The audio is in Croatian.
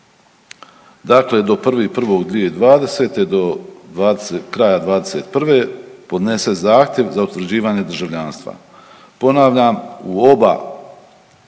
zakona do 1.1.2020. do kraja '21. podnese zahtjev za utvrđivanje državljanstva. Ponavljam, u oba